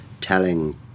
telling